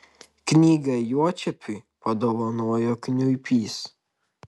knygą juočepiui padovanojo kniuipys